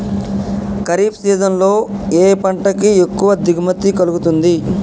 Kharif season లో ఏ పంట కి ఎక్కువ దిగుమతి కలుగుతుంది?